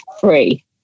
free